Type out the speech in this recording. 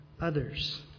others